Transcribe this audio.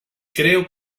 creo